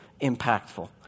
impactful